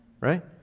Right